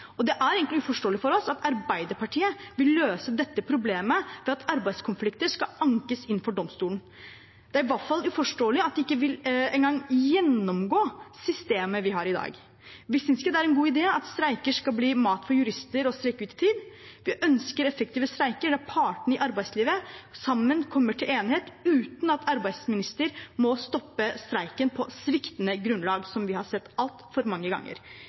Og det er egentlig uforståelig for oss at Arbeiderpartiet vil løse dette problemet ved at arbeidskonflikter skal ankes inn for domstolen. Det er i hvert fall uforståelig at de ikke engang vil gjennomgå systemet vi har i dag. Vi synes ikke det er en god idé at streiker skal bli mat for jurister og strekke ut i tid. Vi ønsker effektive streiker der partene i arbeidslivet sammen kommer til enighet uten at arbeidsministeren må stoppe streiken på sviktende grunnlag, som vi har sett altfor mange ganger.